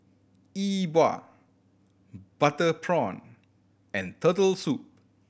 E Bua butter prawn and Turtle Soup